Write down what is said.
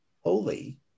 holy